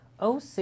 OC